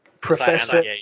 Professor